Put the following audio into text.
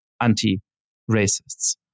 anti-racists